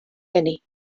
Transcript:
eni